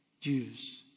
Jews